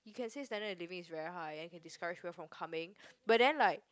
he can say standard living is very high and can describe people from coming but then like